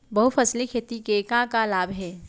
बहुफसली खेती के का का लाभ हे?